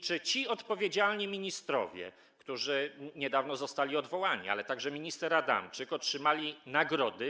Czy odpowiedzialni za to ministrowie, którzy niedawno zostali odwołani, a także minister Adamczyk otrzymali nagrody?